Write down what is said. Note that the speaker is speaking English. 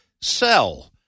sell